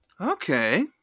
Okay